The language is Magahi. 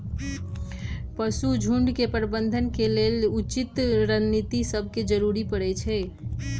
पशु झुण्ड के प्रबंधन के लेल उचित रणनीति सभके जरूरी परै छइ